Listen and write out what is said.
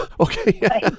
Okay